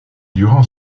durant